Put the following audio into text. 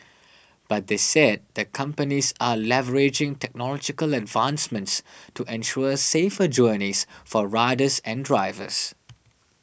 but they said the companies are leveraging technological advancements to ensure safer journeys for riders and drivers